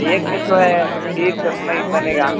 एक दिन तो है खीर तो उसमें ही बनेगा